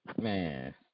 Man